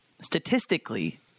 statistically